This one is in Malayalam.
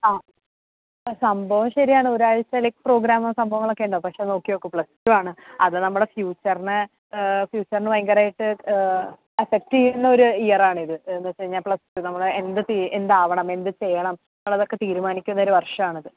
സംഭവം ശരിയാണ് ഒരാഴ്ച ലൈക് പ്രോഗ്രാമും സംഭവങ്ങളൊക്കെ ഉണ്ടാകും പക്ഷേ നോക്കി നോക്കൂ പ്ലസ് ടൂ ആണ് അത് നമ്മുടെ ഫ്യുച്ചറിനെ ഫ്യുച്ചറിന് ഭയങ്കരമായിട്ട് അഫക്ട് ചെയ്യുന്ന ഒരു ഇയറാണിത് എന്നുവെച്ചുകഴിഞ്ഞാൽ പ്ലസ് ടൂ നമ്മൾ എന്തുചെയ്യും എന്താവണം എന്തുചെയ്യണം എന്നുള്ളതൊക്കെ തീരുമാനിക്കുന്ന ഒരു വർഷമാണിത്